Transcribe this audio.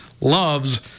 loves